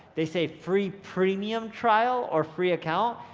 they say free premium trial or free account,